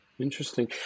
Interesting